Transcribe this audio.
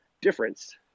difference